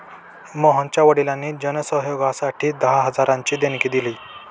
मोहनच्या वडिलांनी जन सहयोगासाठी दहा हजारांची देणगी दिली